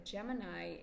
Gemini